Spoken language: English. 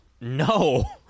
No